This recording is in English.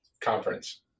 Conference